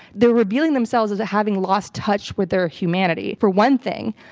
they're revealing themselves as having lost touch with their humanity. for one thing,